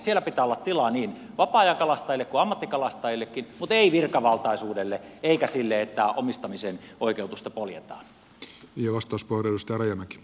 siellä pitää olla tilaa niin vapaa ajankalastajille kuin ammattikalastajillekin mutta ei virkavaltaisuudelle eikä sille että omistamisen oikeutusta poljetaan